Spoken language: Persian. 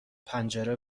پنجره